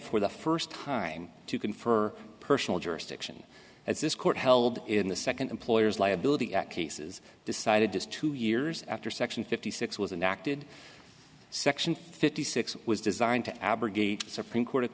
for the first time to confer personal jurisdiction as this court held in the second employer's liability at cases decided just two years after section fifty six was and acted section fifty six was designed to abrogate supreme court of